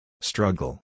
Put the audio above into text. Struggle